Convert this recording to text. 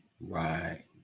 right